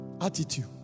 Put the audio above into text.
Attitude